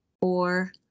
four